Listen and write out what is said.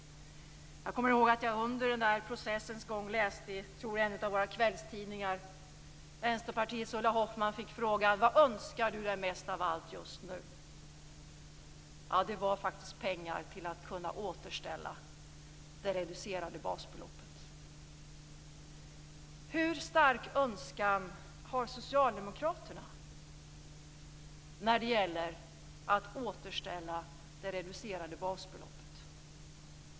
Jag kommer ihåg att jag under processens gång i en av våra kvällstidningar läste att Vänsterpartiets Ulla Hoffmann fick frågan: Vad önskar du dig mest av allt just nu? Ja, det var faktiskt pengar till att kunna återställa det reducerade basbeloppet. Hur stark önskan har socialdemokraterna när det gäller att återställa det reducerade basbeloppet?